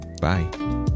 bye